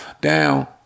down